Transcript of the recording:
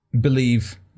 believe